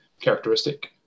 characteristic